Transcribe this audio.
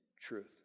truth